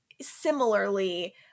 similarly